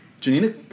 Janina